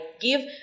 give